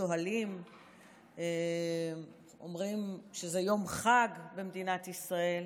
צוהלים ואומרים שזה יום חג במדינת ישראל,